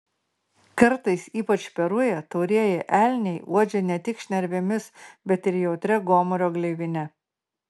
kartais ypač per rują taurieji elniai uodžia ne tik šnervėmis bet ir jautria gomurio gleivine